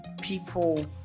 people